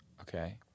Okay